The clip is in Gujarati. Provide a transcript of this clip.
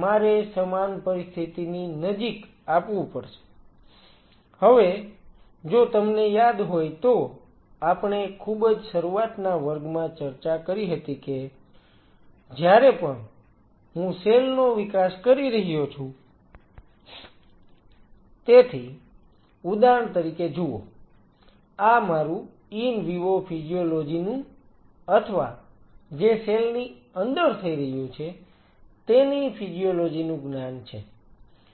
મારે સમાન પરિસ્થિતિની નજીક આપવું પડશે હવે જો તમને યાદ હોય તો આપણે ખૂબ જ શરૂઆતના વર્ગમાં ચર્ચા કરી હતી કે જ્યારે પણ હું સેલ નો વિકાસ કરી રહ્યો છું તેથી ઉદાહરણ તરીકે જુઓ આ મારું ઈન વિવો ફિજીયોલોજી નું અથવા જે સેલ ની અંદર થઈ રહ્યું છે તેની ફિજીયોલોજી નું જ્ઞાન છે